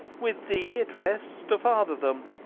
with the it rests to father them,